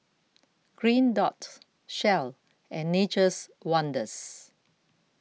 Green Dot Shell and Nature's Wonders